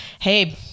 hey